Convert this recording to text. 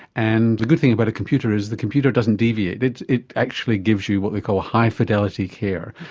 and the good thing about a computer is the computer doesn't deviate, it it actually gives you what they call high fidelity care,